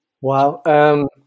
Wow